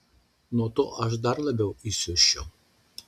nuo to aš dar labiau įsiusčiau